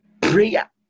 prayer